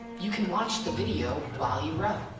you can watch the video while you row.